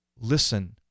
listen